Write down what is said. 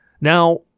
Now